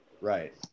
Right